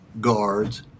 guards